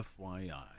FYI